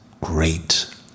great